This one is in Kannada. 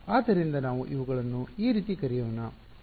ಆದ್ದರಿಂದ ನಾವು ಇವುಗಳನ್ನು ಈ ರೀತಿ ಕರೆಯೋಣ